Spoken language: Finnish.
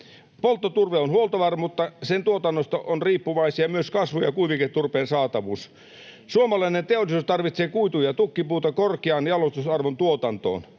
Polttoturve on huoltovarmuutta. Sen tuotannosta on riippuvainen myös kasvu- ja kuiviketurpeen saatavuus. Suomalainen teollisuus tarvitsee kuitu- ja tukkipuuta korkean jalostusarvon tuotantoon.